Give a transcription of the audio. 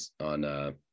on